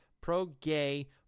pro-gay